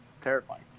terrifying